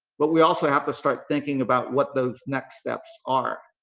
but we also have to start thinking about what those next steps are.